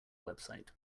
website